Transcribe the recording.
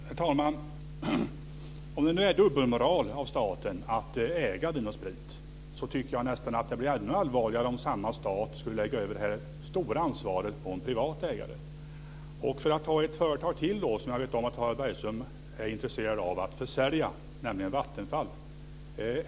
Herr talman! Om det är dubbelmoral av staten att äga Vin & Sprit, tycker jag nästan att det är ännu allvarligare om samma stat lägger över det här stora ansvaret på en privat ägare. Jag kan nämna ett annat företag som jag vet att Harald Bergström är intresserad av att försälja, nämligen Vattenfall.